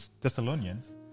Thessalonians